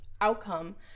outcome